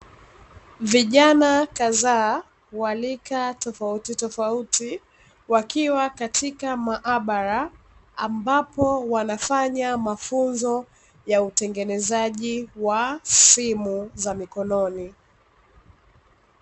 Vijana kadhaa wa rika tofautitofauti wakiwa katika maabara, ambapo wanafanya mafunzo ya utengenezaji wa simu za mikononi.